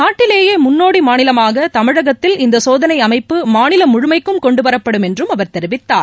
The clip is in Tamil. நாட்டிலேயே முன்னோடி மாநிலமாக தமிழகத்தில் இந்த சோதனை அமைப்பு மாநிலம் முழுமைக்கும் கொண்டு வரப்படும் என்றும் அவர் தெரிவித்தார்